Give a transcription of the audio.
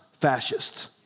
fascists